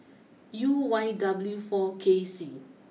U Y W four K C